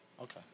Okay